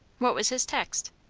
what was his text?